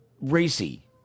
racy